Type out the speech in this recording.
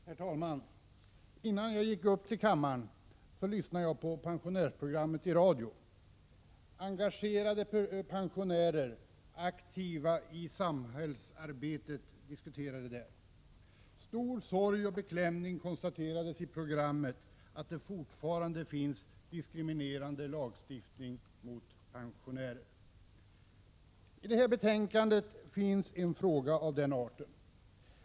Herr talman! Innan jag gick upp till kammaren lyssnade jag på pensionärsprogrammet i radio. Engagerade pensionärer, aktiva i samhällsarbetet, diskuterade där. Med stor sorg och beklämning konstaterades i programmet att det fortfarande finns diskriminerande lagstiftning mot pensionärer. I detta betänkande finns en fråga av den arten.